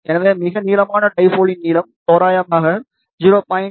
எனவே மிக நீளமான டைபோல் யின் நீளம் தோராயமாக 0